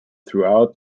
throughout